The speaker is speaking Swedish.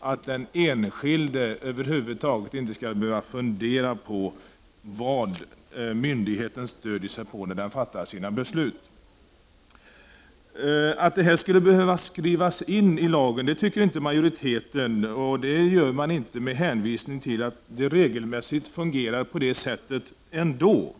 att den enskilde över huvud taget inte skall behöva fundera på vad myndigheten stöder sig på när den fattar sina beslut. Att det här skulle behöva skrivas in i lagen tycker inte majoriteten med hänvisning till att det regelmässigt fungerar så ändå.